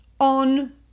on